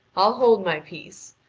i'll hold my peace.